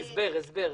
הסבר.